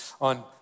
on